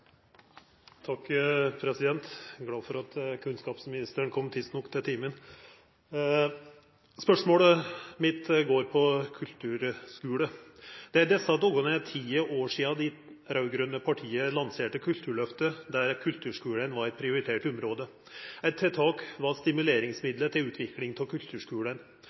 timen. Spørsmålet mitt gjeld kulturskulen. «Det er i disse dager 10 år siden de rød-grønne partiene lanserte Kulturløftet der kulturskolene var et prioritert område. Et tiltak var stimuleringsmidler til utvikling av